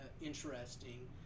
interesting